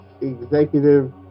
executive